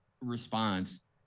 response